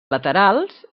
laterals